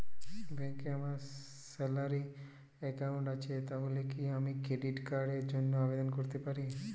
ব্যাংকে আমার salary account আছে তাহলে কি আমি ক্রেডিট কার্ড র জন্য আবেদন করতে পারি?